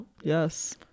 Yes